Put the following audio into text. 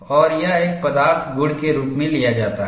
और यह एक पदार्थ गुण के रूप में लिया जाता है